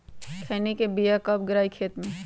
खैनी के बिया कब गिराइये खेत मे?